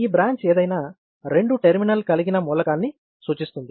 ఈ బ్రాంచ్ ఏదైనా రెండు టెర్మినల్ కలిగిన మూలకాన్ని సూచిస్తుంది